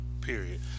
Period